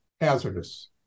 hazardous